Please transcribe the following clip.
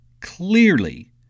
clearly